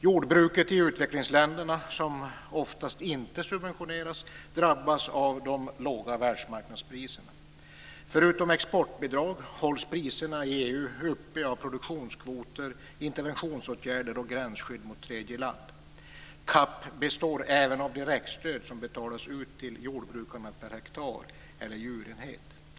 Jordbruket i utvecklingsländerna, som oftast inte subventioneras, drabbas av de låga världsmarknadspriserna. Förutom av exportbidrag, hålls priserna i EU uppe av produktionskvoter, interventionsåtgärder och gränsskydd mot tredje land. CAP består även av direktstöd som betalas ut till jordbrukarna per hektar eller djurenhet.